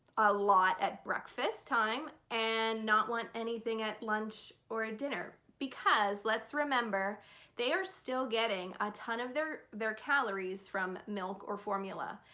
a lot at breakfast time and not want anything at lunch or at ah dinner because let's remember they are still getting a ton of their their calories from milk or formula.